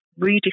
redefine